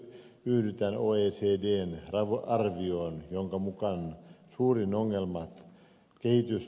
raportissa yhdytään oecdn arvioon jonka mukaan suurin ongelma on kehitys